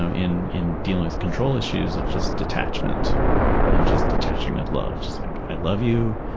ah in in dealing with control issues, of just detachment and just detaching that love. just like, i love you,